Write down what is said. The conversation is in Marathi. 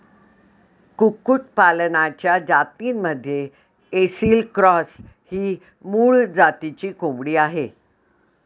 कुक्कुटपालनाच्या जातींमध्ये ऐसिल क्रॉस ही मूळ जातीची कोंबडी आहे